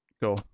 Go